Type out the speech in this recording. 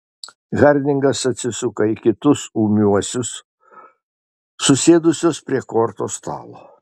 hardingas atsisuka į kitus ūmiuosius susėdusius prie kortų stalo